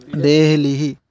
देह्लिः